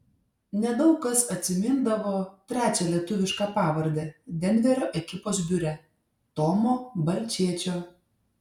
nedaug kas atsimindavo trečią lietuvišką pavardę denverio ekipos biure tomo balčėčio